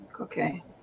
Okay